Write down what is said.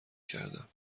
کردم